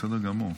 בסדר גמור.